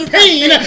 pain